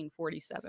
1947